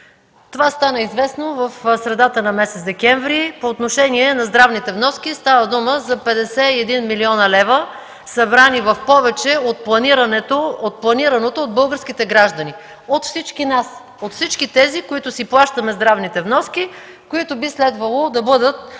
Това стана известно в средата на месец декември по отношение на здравните вноски. Става дума за 51 млн. лв., събрани в повече от планираното от българските граждани, от всички нас, от всички тези, които си плащаме здравните вноски, които би следвало да бъдат